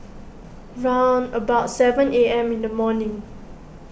round about seven A M in the morning